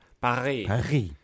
Paris